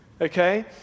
Okay